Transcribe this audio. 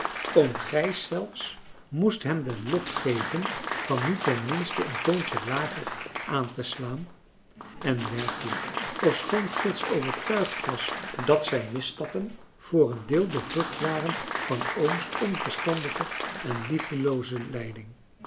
oom gijs zelfs moest hem den lof geven van nu ten minste een toonfrançois haverschmidt familie en kennissen tje lager aan te slaan en werkelijk ofschoon frits overtuigd was dat zijn misstappen voor een deel de vrucht waren van ooms onverstandige en liefdelooze leiding